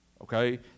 Okay